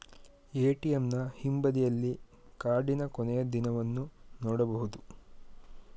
ಎ.ಟಿ.ಎಂನ ಹಿಂಬದಿಯಲ್ಲಿ ಕಾರ್ಡಿನ ಕೊನೆಯ ದಿನವನ್ನು ನೊಡಬಹುದು